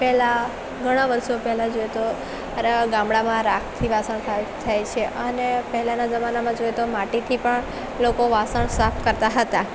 પહેલાં ઘણાં વર્ષો પહેલાં જોઈએ તો અર ગામડાંમાં રાખથી વાસણ થાય છે અને પહેલાંના જમાનામાં જોઈએ તો માટીથી પણ લોકો વાસણ સાફ કરતાં હતાં